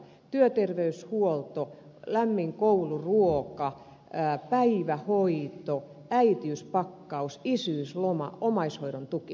työterveyshuolto lämmin kouluruoka päivähoito äitiyspakkaus isyysloma omaishoidon tuki